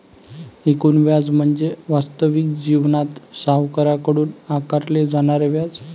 एकूण व्याज म्हणजे वास्तविक जीवनात सावकाराकडून आकारले जाणारे व्याज